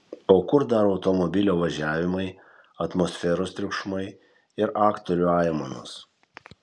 o kur dar automobilio važiavimai atmosferos triukšmai ir aktorių aimanos